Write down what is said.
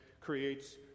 creates